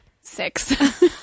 Six